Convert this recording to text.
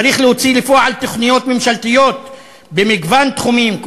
צריך להוציא לפועל תוכניות ממשלתיות במגוון תחומים,